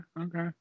okay